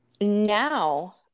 now